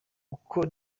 uko